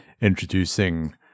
introducing